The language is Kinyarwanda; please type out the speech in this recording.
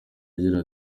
agira